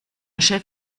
chef